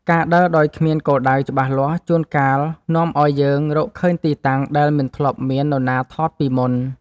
ការដើរដោយគ្មានគោលដៅច្បាស់លាស់ជួនកាលនាំឱ្យយើងរកឃើញទីតាំងដែលមិនធ្លាប់មាននរណាថតពីមុន។